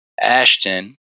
Ashton